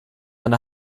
eine